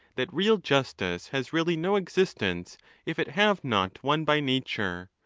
that real justice has really no existence if it have not one by nature,